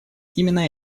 именно